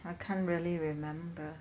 I can't really remember